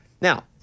Now